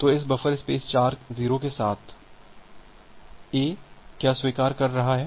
तो इस buffer space 0 के साथ A क्या स्वीकार कर रहा है